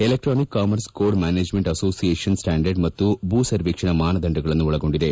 electronic commerce code management association standard ಮತ್ತು ಭೂಸರ್ವೇಕ್ಷಣಾ ಮಾನದಂಡಗಳನ್ನು ಒಳಗೊಂಡಿದೆ